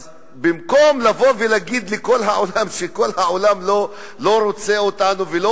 אז במקום לבוא ולהגיד לכל העולם שכל העולם לא רוצה אותנו ולא